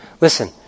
listen